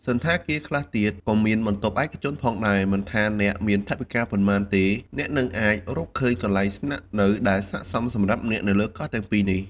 សណ្ឋាគារ ខ្លះទៀតក៏មានបន្ទប់ឯកជនផងដែរ មិនថាអ្នកមានថវិកាប៉ុន្មានទេ អ្នកនឹងអាចរកឃើញកន្លែងស្នាក់នៅដែលស័ក្តិសមសម្រាប់អ្នកនៅលើកោះទាំងពីរនេះ។